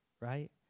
right